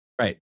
Right